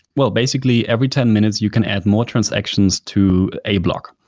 will basically every ten minutes you can add more transactions to a block,